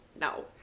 no